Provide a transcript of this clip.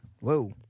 Whoa